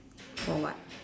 for what